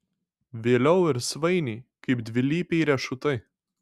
vėliau ir svainiai kaip dvilypiai riešutai